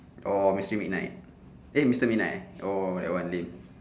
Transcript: orh mister midnight eh mister midnight oh that one lame